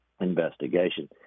investigation